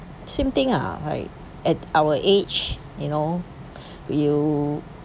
same thing ah right at our age you know you